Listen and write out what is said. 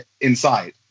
inside